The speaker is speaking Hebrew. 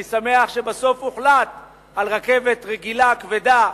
אני שמח שבסוף הוחלט על רכבת רגילה, כבדה,